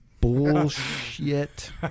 bullshit